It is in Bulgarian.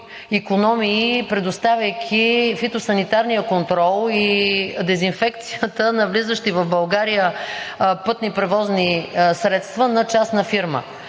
икономии, предоставяйки фитосанитарния контрол и дезинфекцията на влизащи в България пътни превозни средства на частна фирма?